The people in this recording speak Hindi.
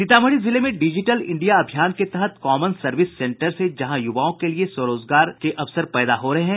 सीतामढी जिले में डिजिटल इंडिया अभियान के तहत कामन सर्विस सेंटर जहां युवाओं के लिए स्वरोजगार के बड़े माध्यम बन रहे हैं